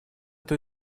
той